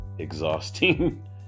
exhausting